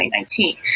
2019